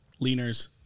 leaners